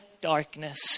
darkness